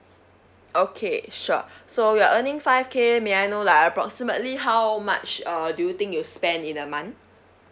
okay sure so you're earning five K may I know like approximately how much uh do you think you spend in a month